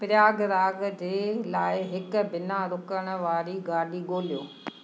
प्रयागराज जे लाइ हिकु बिना रूकण वारी गाॾी ॻोल्हियो